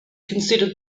considered